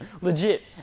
Legit